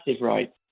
rights